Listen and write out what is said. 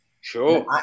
Sure